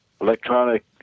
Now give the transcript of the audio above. electronic